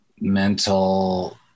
mental